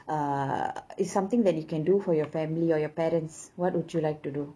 uh it's something that you can do for your family or your parents what would you like to do